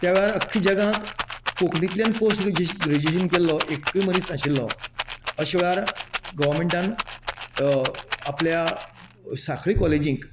त्या वेळार अख्खे जगांत कोंकणीतल्यान पॉश्ट ग्रेज्युएशन केल्लो एक्कय मनीस नाशिल्लो अश्या वेळार गवर्मेंन्टान आपल्या सांखळी कॉलेजीक